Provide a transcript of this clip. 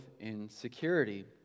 insecurity